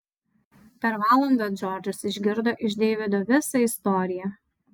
per valandą džordžas išgirdo iš deivido visą istoriją